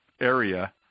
area